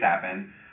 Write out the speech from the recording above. happen